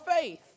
faith